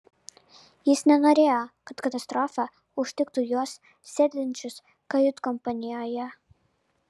jis nenorėjo kad katastrofa užtiktų juos sėdinčius kajutkompanijoje